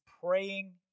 praying